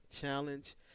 challenge